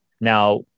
Now